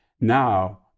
Now